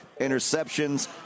interceptions